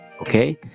okay